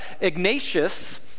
Ignatius